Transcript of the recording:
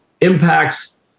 impacts